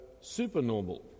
supernormal